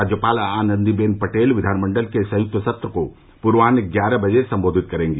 राज्यपाल आनंदी बेन पटेल विधानमण्डल के संयुक्त सत्र को पूर्वान्ह ग्यारह बजे सम्बोधित करेंगी